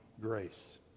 grace